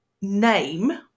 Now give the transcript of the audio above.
name